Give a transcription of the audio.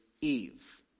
Eve